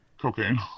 cocaine